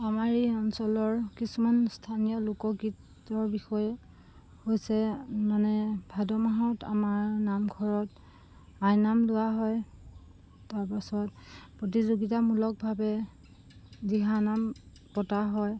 আমাৰ এই অঞ্চলৰ কিছুমান স্থানীয় লোকগীতৰ বিষয়ে হৈছে মানে ভাদ মাহত আমাৰ নামঘৰত আইনাম লোৱা হয় তাৰপাছত প্ৰতিযোগিতামূলকভাৱে দিহানাম পতা হয়